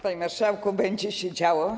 Panie marszałku, będzie się działo.